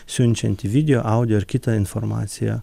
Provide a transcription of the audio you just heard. siunčianti video audio ar kitą informaciją